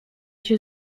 się